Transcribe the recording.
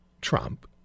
Trump